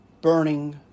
Burning